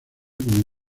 como